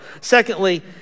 Secondly